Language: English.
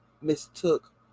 mistook